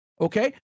okay